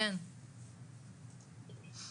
לקחתי החלטה לתת לו קצת לאכול.